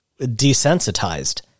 desensitized